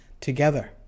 together